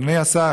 אדוני השר,